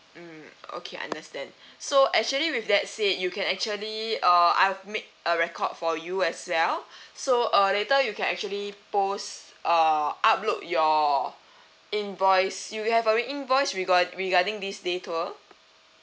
mm okay understand so actually with that said you can actually uh I've made a record for you as well so uh later you can actually post uh upload your invoice you have a invoice regar~ regarding this day tour